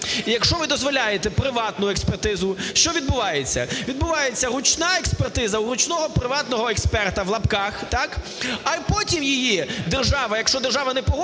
якщо ви дозволяєте приватну експертизу, що відбувається? Відбувається ручна експертиза у ручного приватного "експерта" (в лапках), так, а потім її держава, якщо держава не погоджується